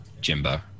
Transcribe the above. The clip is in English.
Jimbo